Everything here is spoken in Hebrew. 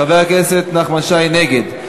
חבר הכנסת נחמן שי נגד.